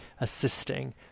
assisting